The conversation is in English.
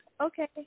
okay